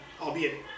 albeit